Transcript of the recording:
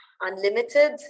unlimited